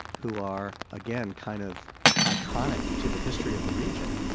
who are again, kind of iconic to the history of the region,